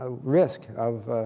ah risk of